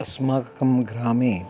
अस्माकं ग्रामे